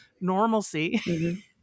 normalcy